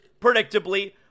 predictably